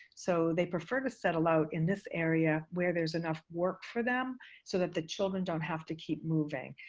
so they prefer to settle out in this area where there's enough work for them so that the children don't have to keep moving.